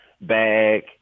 bag